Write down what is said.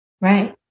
Right